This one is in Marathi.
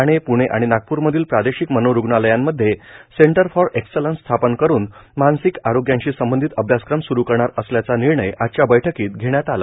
ठाणेए पुणे आणि नागपुरमधील प्रादेशिक मनोरुग्णालयांमध्ये सेंटर फॉर एक्सलन्स स्थापन करून मानसिक आरोग्याशी संबंधित अभ्यासक्रम स्रू करणार असल्याचा निर्णय आजच्या बैठकीत घेण्यात आला